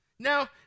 Now